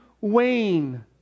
wane